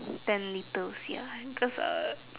ten litres ya because uh